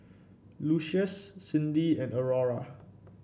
Lucius Cyndi and Aurora